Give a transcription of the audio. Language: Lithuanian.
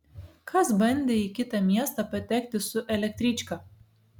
kas bandė į kitą miestą patekti su elektryčka